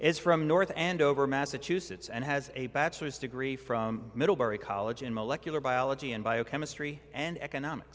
is from north andover massachusetts and has a bachelor's degree from middlebury college in molecular biology and biochemistry and economic